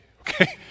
okay